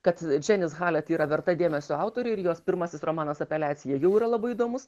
kad džianis halet yra verta dėmesio autorė ir jos pirmasis romanas apeliacija jau yra labai įdomus